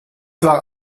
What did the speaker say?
war